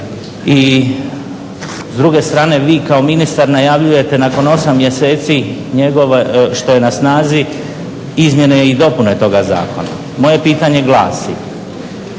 i s druge strane vi kao ministar najavljujete nakon 8 mjeseci što je na snazi izmjene i dopune toga zakona. Moje pitanje glasi,